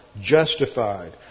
justified